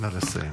נא לסיים.